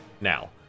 now